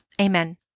amen